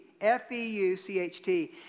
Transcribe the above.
F-E-U-C-H-T